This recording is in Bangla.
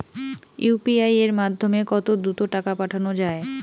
ইউ.পি.আই এর মাধ্যমে কত দ্রুত টাকা পাঠানো যায়?